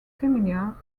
similar